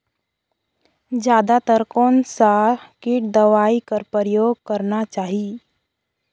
जादा तर कोन स किट दवाई कर प्रयोग करना चाही?